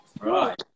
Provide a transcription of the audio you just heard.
Right